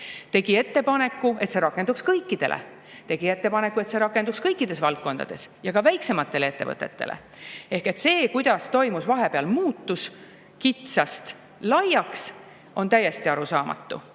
Tegi ettepaneku, et see rakenduks kõikidele, tegi ettepaneku, et see rakenduks kõikides valdkondades ja ka väiksematele ettevõtetele. See, kuidas vahepeal toimus muutus kitsast laiaks, on täiesti arusaamatu.